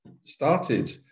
started